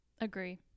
agree